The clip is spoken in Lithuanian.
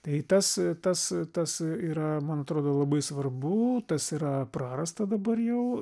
tai tas tas tas yra man atrodo labai svarbu tas yra prarasta dabar jau